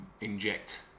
inject